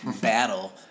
battle